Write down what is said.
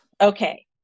Okay